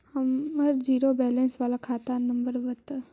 हमर zero balance बाला खाता नम्बर बत?